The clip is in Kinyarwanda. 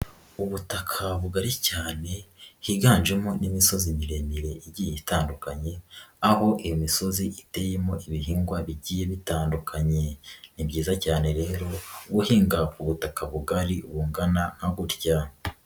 Ubutaka bugari cyane higanjemo n'imisozi miremire igiye itandukanye, aho iyo misozi iteyemo ibihingwa bigiye bitandukanye, ni byiza cyane rero guhingavu ubutaka bugari bungana nk'gutya.